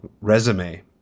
resume